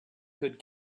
could